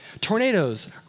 Tornadoes